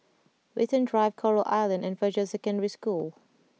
Watten Drive Coral Island and Fajar Secondary School